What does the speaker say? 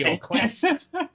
quest